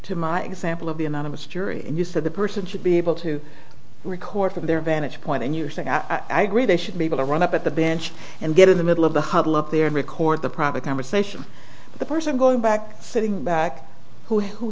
to my example of the anonymous jury you said the person should be able to record from their vantage point and you're saying i agree they should be able to run up at the bench and get in the middle of the huddle up there and record the private conversation the person going back sitting back who who